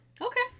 Okay